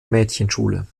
mädchenschule